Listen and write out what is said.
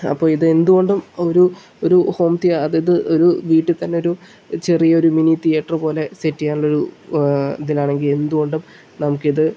അപ്പോൾ ഇത് എന്തുകൊണ്ടും ഒരു ഒരു ഹോം അതായത് ഒരു വീട്ടിൽത്തന്നെ ഒരു ചെറിയൊരു മിനി തിയറ്റർ പോലെ സെറ്റ് ചെയ്യാനുള്ളൊരു ഇതിനാണെങ്കിൽ എന്തുകൊണ്ടും നമുക്കിത്